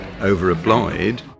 over-applied